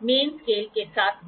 की समतलता है